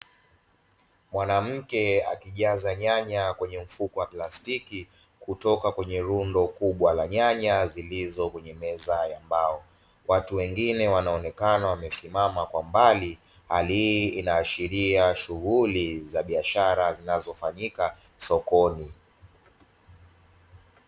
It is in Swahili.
Mwanamke akijaza nyanya kwenye mfuko wa plastiki kutoka kwenye rundo kubwa la nyanya zilizo kwenye meza ya mbao, watu wengine wanaonekana wamesimama kwa mbali, hali hii inayoashiria shughuli za biashara zinazofanyika sokoni.